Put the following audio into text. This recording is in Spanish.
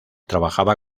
trabajaba